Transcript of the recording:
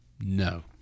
No